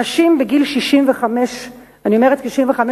אנשים בגיל 65, אני אומרת: 65 ומעלה,